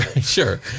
Sure